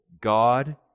God